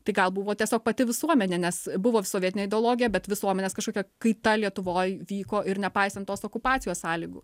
tai gal buvo tiesiog pati visuomenė nes buvo sovietinė ideologija bet visuomenės kažkokia kaita lietuvoj vyko ir nepaisant tos okupacijos sąlygų